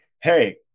hey